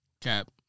Cap